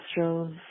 Astros